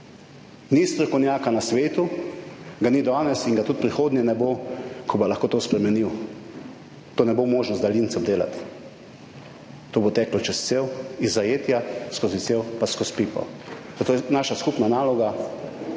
Ni strokovnjaka na svetu, ga ni danes in ga tudi v prihodnje ne bo, ko bo lahko to spremenil. To ne bo možno z daljincem delati. To bo teklo čez cev iz zajetja, skozi cel pa skozi pipo. Zato je naša skupna naloga,